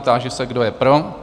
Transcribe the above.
Táži se, kdo je pro?